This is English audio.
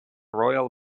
royal